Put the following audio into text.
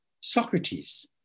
Socrates